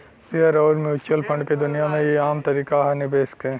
share अउर mutual fund के दुनिया मे ई आम तरीका ह निवेश के